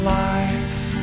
life